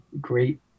Great